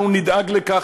אנחנו נדאג לכך,